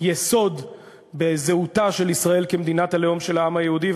יסוד בזהותה של ישראל כמדינת הלאום של העם היהודי,